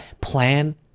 plan